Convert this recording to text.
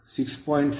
ಆದ್ದರಿಂದ ಇದು 35